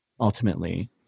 ultimately